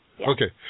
Okay